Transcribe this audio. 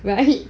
right